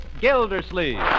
Gildersleeve